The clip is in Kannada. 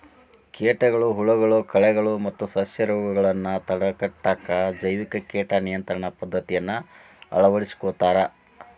ಕೇಟಗಳು, ಹುಳಗಳು, ಕಳೆಗಳು ಮತ್ತ ಸಸ್ಯರೋಗಗಳನ್ನ ತಡೆಗಟ್ಟಾಕ ಜೈವಿಕ ಕೇಟ ನಿಯಂತ್ರಣ ಪದ್ದತಿಯನ್ನ ಅಳವಡಿಸ್ಕೊತಾರ